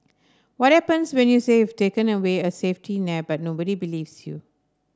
what happens when you say you've taken away a safety net but nobody believes you